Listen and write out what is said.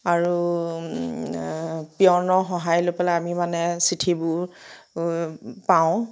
আৰু পিয়নৰ সহায় লৈ পেলাই আমি মানে চিঠিবোৰ পাওঁ